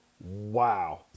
wow